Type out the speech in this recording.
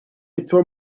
etwa